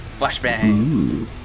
Flashbang